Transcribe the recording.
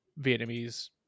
Vietnamese